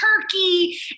turkey